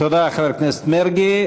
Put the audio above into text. תודה, חבר הכנסת מרגי.